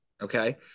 okay